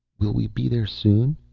will we be there soon?